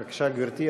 בבקשה, גברתי.